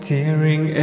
Tearing